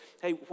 hey